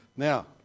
Now